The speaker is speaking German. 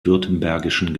württembergischen